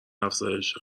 افزایش